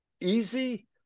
easy